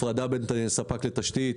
הפרדה בין ספק לתשתית.